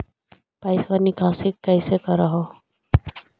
पैसवा निकासी कैसे कर हो?